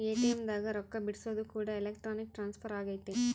ATM ದಾಗ ರೊಕ್ಕ ಬಿಡ್ಸೊದು ಕೂಡ ಎಲೆಕ್ಟ್ರಾನಿಕ್ ಟ್ರಾನ್ಸ್ಫರ್ ಅಗೈತೆ